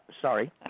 sorry